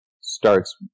starts